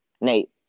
Nate